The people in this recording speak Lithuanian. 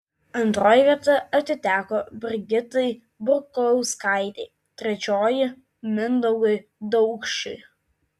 antroji vieta atiteko brigitai burkauskaitei trečioji mindaugui daukšiui